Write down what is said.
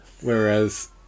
whereas